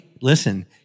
listen